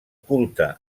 culte